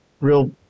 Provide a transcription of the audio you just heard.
real